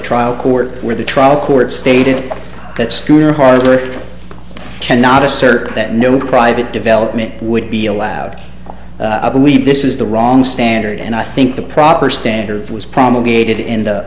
trial court where the trial court stated that schooner harbor cannot assert that no private development would be allowed i believe this is the wrong standard and i think the proper standard was promulgated